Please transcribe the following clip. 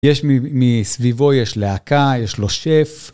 יש מסביבו, יש להקה, יש לו שף.